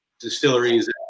distilleries